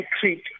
treat